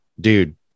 dude